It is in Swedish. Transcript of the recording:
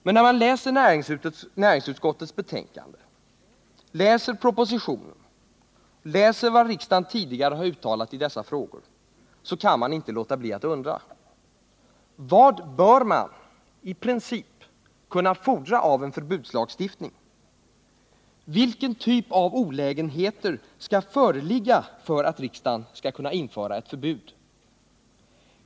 Men när man läser näringsutskottets betänkande, läser propositionen och läser vad riksdagen tidigare har uttalat i dessa frågor, kan man inte låta bli att undra: Vad bör man i princip kunna fordra av en förbudslagstiftning? Vilken typ av olägenheter skall föreligga för att riksdagen skall kunna införa ett förbud?